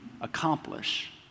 accomplish